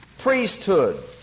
priesthood